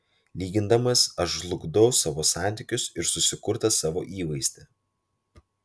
lygindamas aš žlugdau savo santykius ir susikurtą savo įvaizdį